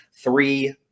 three